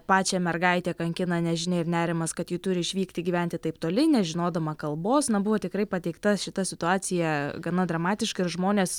pačią mergaitę kankina nežinia ir nerimas kad ji turi išvykti gyventi taip toli nežinodama kalbos na buvo tikrai pateikta šita situacija gana dramatiška ir žmonės